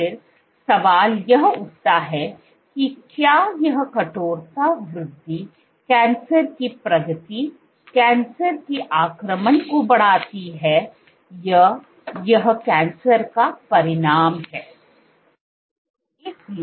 फिर सवाल यह उठता है कि क्या यह कठोरता वृद्धि कैंसर की प्रगति कैंसर के आक्रमण को बढ़ाती है या यह कैंसर का परिणाम है